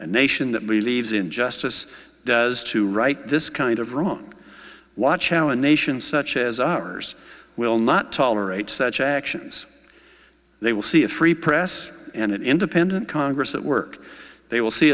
a nation that believes in justice does too right this kind of wrong watch challen nations such as ours will not tolerate such actions they will see a free press and an independent congress that work they will see